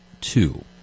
two